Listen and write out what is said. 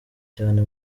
cyane